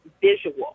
visual